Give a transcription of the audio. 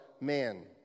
man